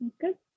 Good